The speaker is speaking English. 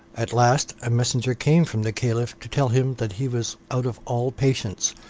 at last a messenger came from the caliph to tell him that he was out of all patience,